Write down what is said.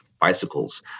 bicycles